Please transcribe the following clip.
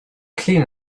clean